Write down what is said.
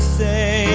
say